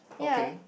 okay